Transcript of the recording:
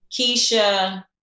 Keisha